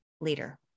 leader